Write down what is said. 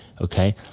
okay